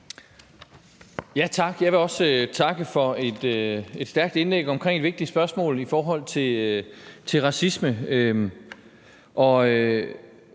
Tak. Jeg vil også takke for et stærkt indlæg om vigtige spørgsmål i forhold til racisme.